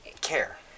care